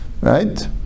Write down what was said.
Right